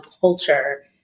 culture